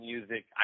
Music